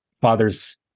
fathers